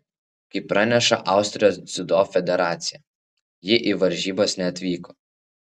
kaip praneša austrijos dziudo federacija ji į varžybas neatvyko